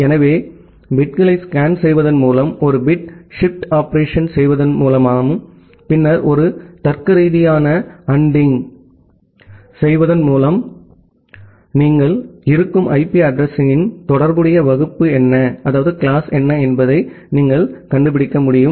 எனவே பிட்களை ஸ்கேன் செய்வதன் மூலமும் ஒரு பிட் ஷிப்ட் ஆபரேஷனைச் செய்வதன் மூலமும் பின்னர் ஒரு தர்க்கரீதியான ANDing ஐயும் செய்வதன் மூலம் குறிப்பு நேரம் 0613 ஐப் பார்க்கவும் நீங்கள் இருக்கும் ஐபி அட்ரஸிங்யின் தொடர்புடைய கிளாஸ் என்ன என்பதை நீங்கள் கண்டுபிடிக்க முடியும்